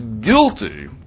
guilty